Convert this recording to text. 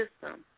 system